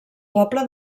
poble